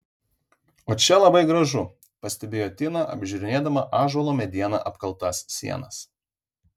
o čia labai gražu pastebėjo tina apžiūrinėdama ąžuolo mediena apkaltas sienas